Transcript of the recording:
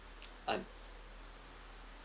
un~